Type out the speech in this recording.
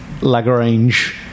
Lagrange